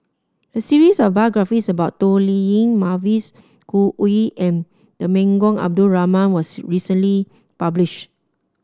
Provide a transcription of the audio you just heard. a series of biographies about Toh Liying Mavis Khoo Oei and Temenggong Abdul Rahman was recently published